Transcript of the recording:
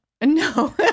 No